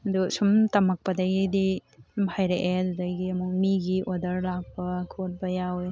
ꯑꯗꯣ ꯁꯨꯝ ꯇꯝꯃꯛꯄꯗꯒꯤꯗꯤ ꯁꯨꯝ ꯍꯩꯔꯛꯑꯦ ꯑꯗꯨꯗꯒꯤ ꯑꯃꯨꯛ ꯃꯤꯒꯤ ꯑꯣꯗꯔ ꯂꯥꯛꯄ ꯈꯣꯠꯄ ꯌꯥꯎꯋꯦ